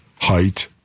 height